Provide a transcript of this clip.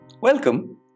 Welcome